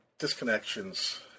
disconnections